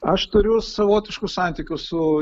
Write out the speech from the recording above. aš turiu savotiškų santykių su